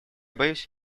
боюсь